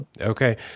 Okay